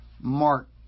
Mark